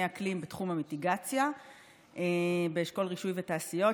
אקלים בתחום המיטיגציה באשכול רישוי ותעשיות,